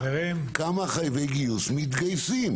כמה חייבי גיוס במדינה מתגייסים?